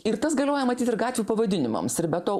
ir tas galioja matyt ir gatvių pavadinimams ir be to